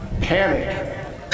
Panic